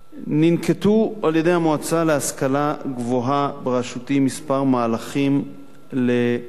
ננקטו על-ידי המועצה להשכלה גבוהה בראשותי כמה מהלכים לסיוע,